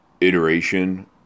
iteration